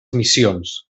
missions